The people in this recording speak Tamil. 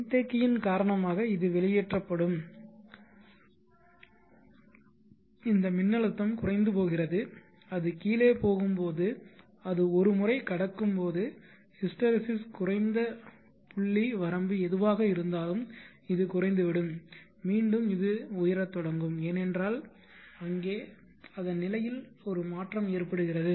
மின்தேக்கியின் காரணமாக இது வெளியேற்றப்படும் இந்த மின்னழுத்தம் குறைந்து போகிறது அது கீழே போகும்போது அது ஒரு முறை கடக்கும்போது ஹிஸ்டெரெசிஸ் குறைந்த புள்ளி வரம்பு எதுவாக இருந்தாலும் இது குறைந்துவிடும் மீண்டும் இது உயரத் தொடங்கும் ஏனென்றால் அங்கே அங்கே அதன் நிலையில் ஒரு மாற்றம் ஏற்படுகிறது